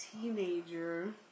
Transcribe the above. teenager